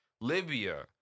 Libya